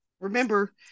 remember